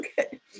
Okay